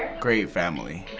great family.